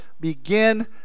begin